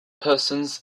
persons